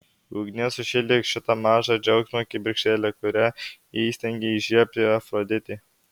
ugnie sušildyk šitą mažą džiaugsmo kibirkštėlę kurią įstengė įžiebti afroditė